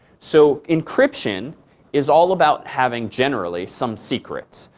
so encryption is all about having, generally, some secrets.